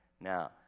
Now